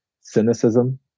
cynicism